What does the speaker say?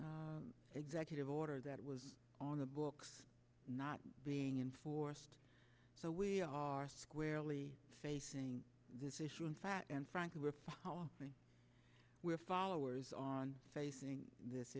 executive order that was on the books not being enforced so we are squarely facing this issue in fat and frank with me we're followers on facing this